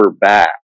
back